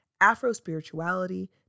Afro-spirituality